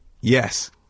yes